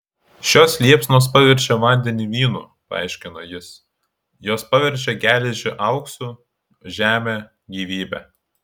šios liepsnos paverčia vandenį vynu paaiškina jis jos paverčia geležį auksu žemę gyvybe